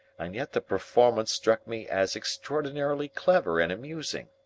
and yet the performance struck me as extraordinarily clever and amusing.